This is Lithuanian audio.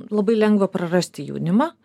labai lengva prarasti jaunimą